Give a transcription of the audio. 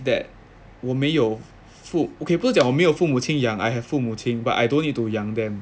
that 我没有父 okay 不要讲我没有父母亲养 I have 父母亲 but I don't need to 养 them